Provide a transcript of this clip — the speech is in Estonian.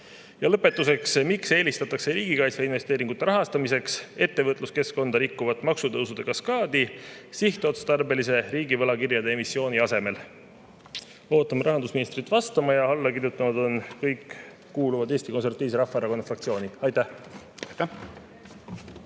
Lõpetuseks, miks eelistatakse riigikaitseinvesteeringute rahastamiseks ettevõtluskeskkonda rikkuvat maksutõusude kaskaadi sihtotstarbelise riigivõlakirjade emissiooni asemel? Ootame rahandusministrit vastama. Kõik allakirjutanud kuuluvad Eesti Konservatiivse Rahvaerakonna fraktsiooni. Aitäh!